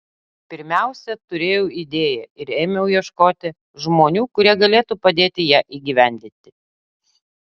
pirmiausia turėjau idėją ir ėmiau ieškoti žmonių kurie galėtų padėti ją įgyvendinti